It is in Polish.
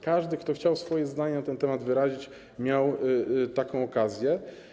Każdy, kto chciał swoje zdanie na ten temat wyrazić, miał taką okazję.